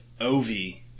Ovi